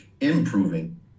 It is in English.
improving